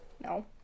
no